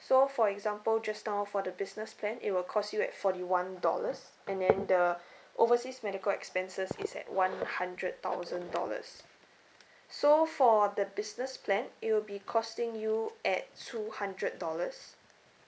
so for example just now for the business plan it will cost you at forty one dollars and then the overseas medical expenses is at one hundred thousand dollars so for the business plan it will be costing you at two hundred dollars